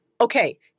okay